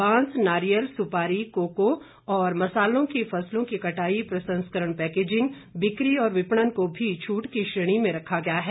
बांस नारियल सुपारी कोको और मसालों की फसलों की कटाई प्रसंस्करण पैकेजिंग बिक्री और विपणन को भी छूट की श्रेणी में रखा गया है